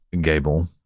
Gable